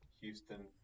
Houston